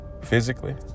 physically